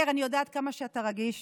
מאיר, אני יודעת כמה שאתה רגיש